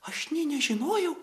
aš nė nežinojau